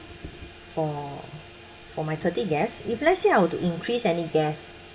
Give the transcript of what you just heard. for for my thirty guests if let's say I were to increase any guest